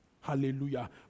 Hallelujah